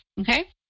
okay